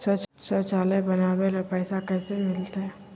शौचालय बनावे ले पैसबा कैसे मिलते?